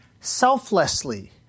Selflessly